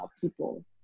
people